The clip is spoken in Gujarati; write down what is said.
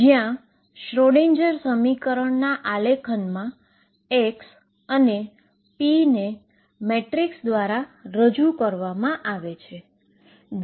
જ્યાં શ્રોડિંજર Schrödinger સમીકરણના આલેખનમા x અને p ને મેટ્રિસ દ્વારા રજૂ કરવામાં આવે છે